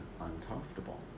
uncomfortable